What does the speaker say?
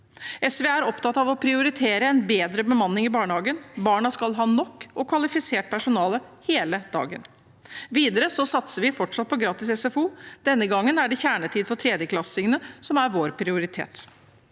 SV er opptatt av å prioritere en bedre bemanning i barnehagen. Barna skal ha nok og kvalifisert personale hele dagen. Videre satser vi fortsatt på gratis SFO. Denne gangen er det kjernetid for tredjeklassingene som er vår prioritet.